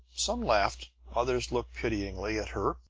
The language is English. some laughed others looked pityingly at her.